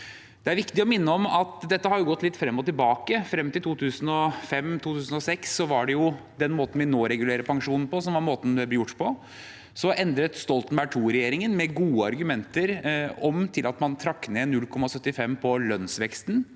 Det er viktig å minne om at dette har gått litt frem og tilbake. Frem til 2005–2006 var det den måten vi nå regulerer pensjonen på, som var måten det ble gjort på. Så endret Stoltenberg II-regjeringen, med gode argumenter, det til at man trakk ned 0,75 pst. på lønnsveksten,